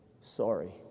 sorry